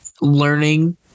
learning